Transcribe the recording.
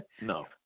No